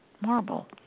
marble